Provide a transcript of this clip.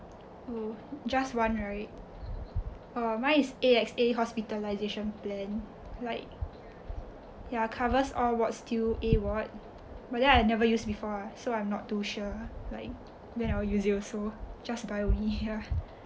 oh just one right oh my is A_X_A hospitalisation plan like ya covers all wards till A ward but then I never use before ah so I'm not too sure ah like when I will use it also just buy only ya